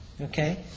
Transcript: Okay